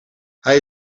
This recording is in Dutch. hij